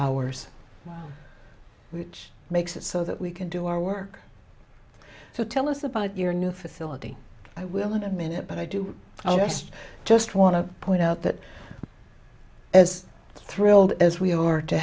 hours which makes it so that we can do our work so tell us about your new facility i will in a minute but i do i just just want to point out that as thrilled as we are to